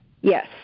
yes